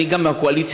גם אם אני מהקואליציה,